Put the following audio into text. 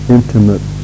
intimate